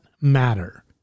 matter